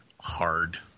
hard